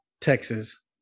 Texas